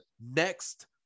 next